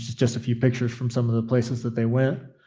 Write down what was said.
just a few pictures from some of the places that they went.